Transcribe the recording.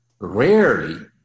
Rarely